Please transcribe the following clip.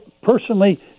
personally